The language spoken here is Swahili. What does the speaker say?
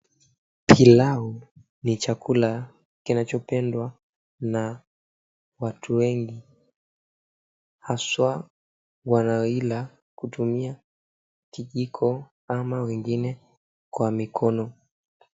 Pilau ni chakula kinachopendwa na watu wengi haswa wanaoila kutumia kijiko ama wengine kwa mikono.